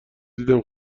دیدم